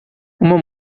uma